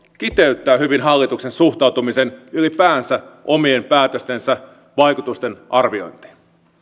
kiteyttää hyvin hallituksen suhtautumisen ylipäänsä omien päätöstensä vaikutusten arviointiin